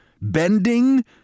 Bending